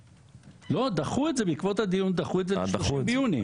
לא, דחו את זה בעקבות הדיון ל-30 ביוני.